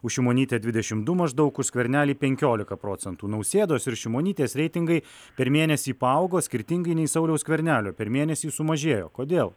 už šimonytę dvidešim du maždaug už skvernelį penkiolika procentų nausėdos ir šimonytės reitingai per mėnesį paaugo skirtingai nei sauliaus skvernelio per mėnesį sumažėjo kodėl